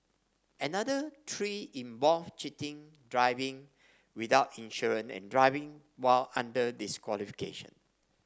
another three involve cheating driving without insurance and driving while under disqualification